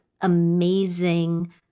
amazing